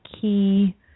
key